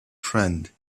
friend